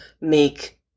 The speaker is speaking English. make